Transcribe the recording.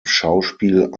schauspiel